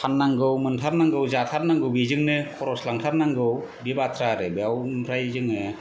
फान्नांगौ मोनथारनांगौ जाथारनांगौ बेजोंनो खरस लांथारनांगौ बे बाथ्रा आरो बेयाव ओमफ्राय जोङो